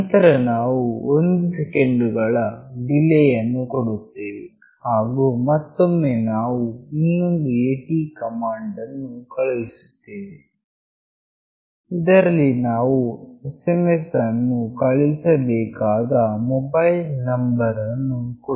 ನಂತರ ನಾವು 1 ಸೆಕೆಂಡುಗಳ ಡಿಲೇಯನ್ನು ಕೊಡುತ್ತೇವೆ ಹಾಗು ಮತ್ತೊಮ್ಮೆ ನಾವು ಇನ್ನೊಂದು AT ಕಮಾಂಡ್ ಅನ್ನು ಕಳುಹಿಸುತ್ತೇವೆ ಇದರಲ್ಲಿ ನಾವು SMS ಅನ್ನು ಕಳುಹಿಸಬೇಕಾದ ಮೊಬೈಲ್ ನಂಬರ್ ಅನ್ನು ಕೊಡುತ್ತೇವೆ